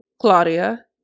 Claudia